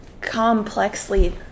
complexly